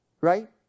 Right